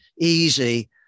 easy